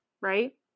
right